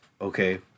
Okay